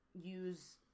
use